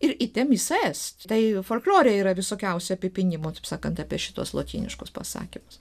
ir ite missa est tai folklore yra visokiausių apipynimo taip sakant apie šituos lotyniškus pasakymus